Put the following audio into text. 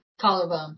Collarbone